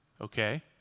Okay